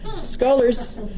scholars